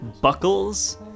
buckles